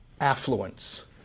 affluence